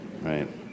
Right